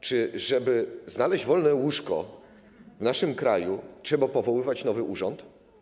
Czy żeby znaleźć wolne łóżko w naszym kraju, trzeba powoływać nowy urząd?